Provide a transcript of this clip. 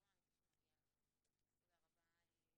מהמקום האמיתי שנוגע לכם, אז תודה רבה לך.